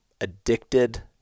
addicted